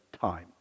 time